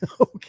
Okay